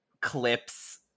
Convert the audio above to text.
clips